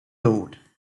lord